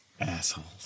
Assholes